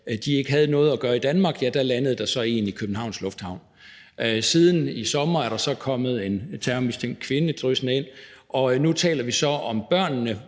ikke havde noget at gøre i Danmark, landede der så en i Københavns lufthavn. Siden i sommer er der så kommet terrormistænkt kvinde dryssende ind, og nu taler vi så om børnene,